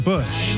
Bush